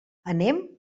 anem